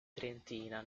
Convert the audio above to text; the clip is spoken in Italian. trentina